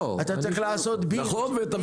אתה צריך לעשות בינג' על הדיון.